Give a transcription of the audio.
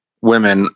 women